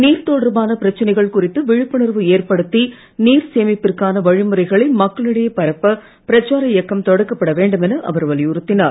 நீர் தொடர்பான பிரச்சனைகள் குறித்து விழிப்புணர்வு ஏற்படுத்தி நீர் சேமிப்பிற்கான வழிமுறைகளை மக்களிடையே பரப்ப பிரச்சார இயக்கம் தொடக்கப்பட வேண்டும் என அவர் வலியுறுத்தினார்